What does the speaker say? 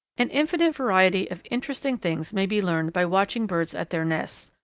an infinite variety of interesting things may be learned by watching birds at their nests,